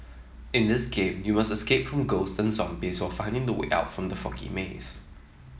in this game you must escape from ghosts and zombies while finding the way out from the foggy maze